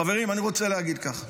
חברים, אני רוצה להגיד כך.